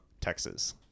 Texas